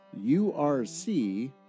URC